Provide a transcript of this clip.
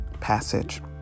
passage